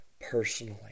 personally